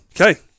Okay